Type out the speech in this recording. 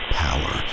power